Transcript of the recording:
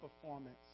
performance